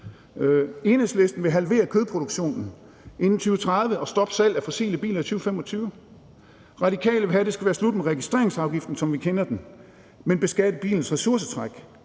Enhedslisten vil halvere kødproduktionen inden 2030 og stoppe salget af fossile biler i 2025. Radikale vil have, at det skal være slut med registreringsafgiften, som vi kender den, men beskatte bilens ressourcetræk.